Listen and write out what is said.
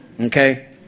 okay